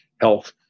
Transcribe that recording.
health